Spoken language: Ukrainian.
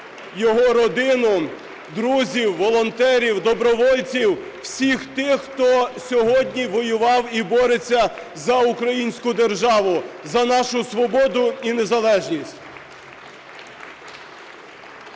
його родину, друзів, волонтерів, добровольців, всіх тих, хто сьогодні воював і бореться за українську державу, за нашу свободу і незалежність.